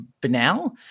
banal